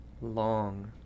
long